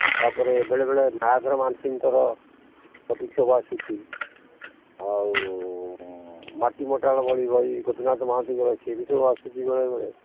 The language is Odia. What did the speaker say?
ତା'ପରେ ବେଳେବେଳେ ମାୟାଧର ମାନସିଂହଙ୍କର ଛବି ଯେଉଁ ଆସିଛି ଆଉ ମାଟି ମଟାଳ ଭଳି ବହି ଗୋପିନାଥ ମହାନ୍ତିଙ୍କର ସେ ବି ସେଇ ଆସିଛି ବେଳେବେଳେ